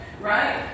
right